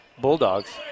Bulldogs